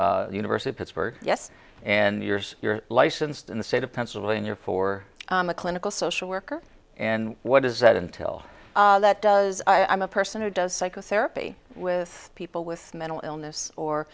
the university of pittsburgh yes and yours you're licensed in the state of pennsylvania for a clinical social worker and what does that entail that does i'm a person who does psychotherapy with people with mental illness or